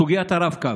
סוגיית הרב-קו: